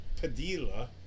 Padilla